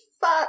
fuck